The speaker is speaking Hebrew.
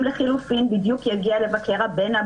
אם לחלופין בדיוק יגיע לבקר הבן,